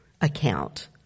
account